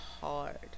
hard